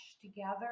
together